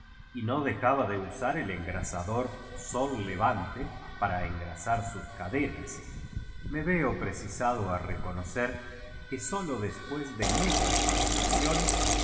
y no dejaba de usar eí engrasador sol levan te para engrasar sus cadenas me veo precisado a reconocer que sólo despué de muchas vacilaciones